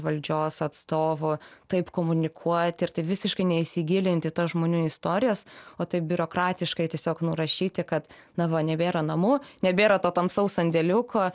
valdžios atstovų taip komunikuoti ir taip visiškai neįsigilinti į tas žmonių istorijas o taip biurokratiškai tiesiog nurašyti kad na va nebėra namų nebėra to tamsaus sandėliuko